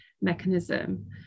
mechanism